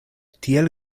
tiel